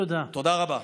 תודה רבה.